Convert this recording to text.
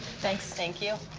thanks. thank you.